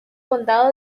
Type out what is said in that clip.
condado